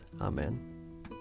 Amen